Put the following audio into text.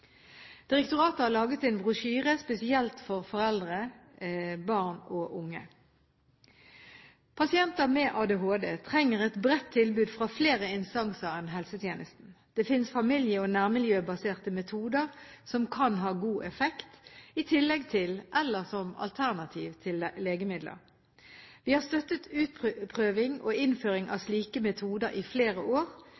Direktoratet har laget en brosjyre spesielt for foreldre, barn og unge. Pasienter med ADHD trenger et bredt tilbud fra flere instanser enn helsetjenesten. Det finnes familie- og nærmiljøbaserte metoder som kan ha god effekt, i tillegg til eller som alternativ til legemidler. Vi har støttet utprøving og innføring av